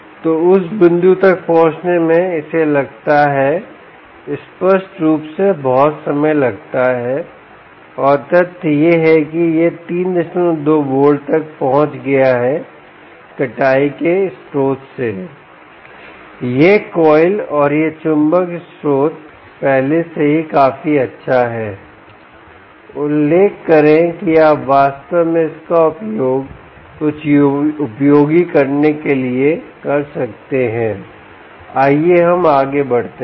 तो उस बिंदु तक पहुँचने में इसे लगता है स्पष्ट रूप से बहुत समय लगता है और तथ्य यह है कि यह 32 वोल्ट तक पहुंच गया है कटाई के स्रोतसे यह कॉइल और यह चुंबक स्रोत पहले से ही काफी अच्छा है उल्लेख करें कि आप वास्तव में इसका उपयोग कुछ उपयोगी करने के लिए कर सकते हैं आइए हम आगे बढ़ते हैं